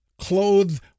clothed